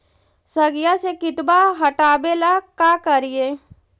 सगिया से किटवा हाटाबेला का कारिये?